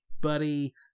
Buddy